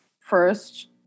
first